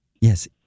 Yes